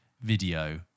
video